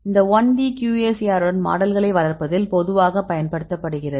இந்த 1D QSAR உடன் மாடல்களை வளர்ப்பதில் பொதுவாக பயன்படுத்தப்படுகிறது